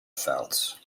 fouts